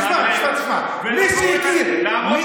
תשמע, תשמע, מי שהכיר, אתה לא יכול